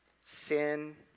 Sin